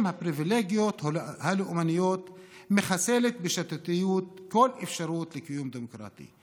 הפריבילגיות הלאומניות מחסלת בשיטתיות כל אפשרות לקיום דמוקרטי,